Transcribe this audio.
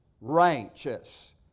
righteous